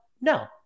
No